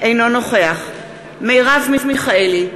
אינו נוכח מרב מיכאלי,